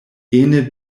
ene